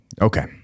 okay